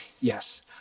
yes